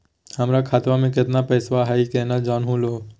हमर खतवा मे केतना पैसवा हई, केना जानहु हो?